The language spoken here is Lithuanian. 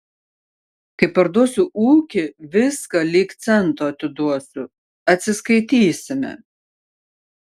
kai parduosiu ūkį viską lyg cento atiduosiu atsiskaitysime